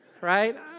right